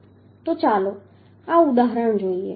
તો ચાલો આ ઉદાહરણ જોઈએ